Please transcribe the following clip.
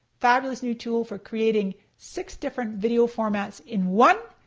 fabulous new tool for creating six different video formats in one,